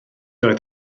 oedd